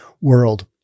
world